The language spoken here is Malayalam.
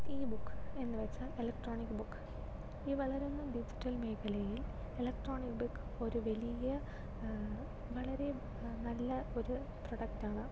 ഇ ബുക്ക് എന്നുവെച്ചാൽ ഇലക്ട്രോണിക് ബുക്ക് ഈ വളരുന്ന ഡിജിറ്റൽ മേഖലയിൽ ഇലക്ട്രോണിക് ബുക്ക് ഒരു വലിയ വളരെ നല്ല ഒരു പ്രൊഡക്ടാണ്